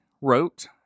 wrote